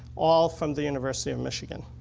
all from the university and michigan.